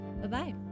Bye-bye